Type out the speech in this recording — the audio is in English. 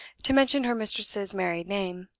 to mention her mistress's married name.